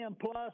Plus